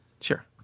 Sure